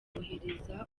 kohereza